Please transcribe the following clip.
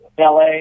LA